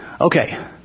Okay